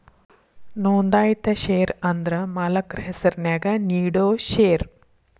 ನೋಂದಾಯಿತ ಷೇರ ಅಂದ್ರ ಮಾಲಕ್ರ ಹೆಸರ್ನ್ಯಾಗ ನೇಡೋ ಷೇರ